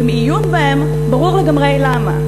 ומעיון בהם ברור לגמרי למה.